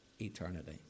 eternity